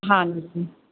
ਹਾਂਜੀ